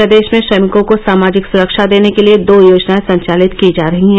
प्रदेश में श्रमिकों को सामाजिक सुरक्षा देने के लिये दो योजनाए संचालित की जा रहीं हैं